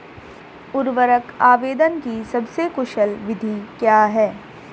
उर्वरक आवेदन की सबसे कुशल विधि क्या है?